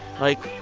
like,